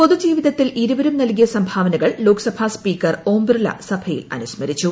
പൊതു ജീവിതത്തിൽ ഇരുവരും നൽകിയ സംഭാവനകൾ ലോക്സഭാ സ്പീക്കർ ഓം ബിർള സഭയിൽ അനുസ്മരിച്ചു